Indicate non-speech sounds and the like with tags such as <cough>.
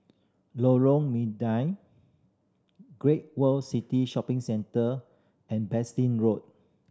Lorong <unintelligible> Great World City Shopping Centre and <unintelligible> Road